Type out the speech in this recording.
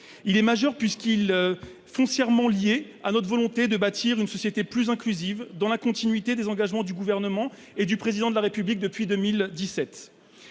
Il est majeur ensuite, puisqu'il est foncièrement lié à notre volonté de bâtir une société plus inclusive, dans la continuité des engagements du Gouvernement et du Président de la République depuis 2017.